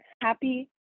happy